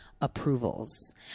approvals